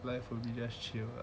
like just chill lah